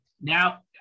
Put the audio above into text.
now